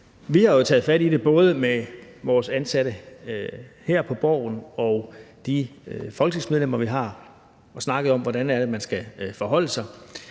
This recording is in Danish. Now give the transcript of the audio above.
Vi har jo taget fat i det både med vores ansatte her på Borgen og de folketingsmedlemmer, vi har, og har snakket om, hvordan det er, man skal forholde sig.